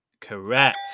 Correct